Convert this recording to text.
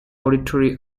auditory